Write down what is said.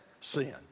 sin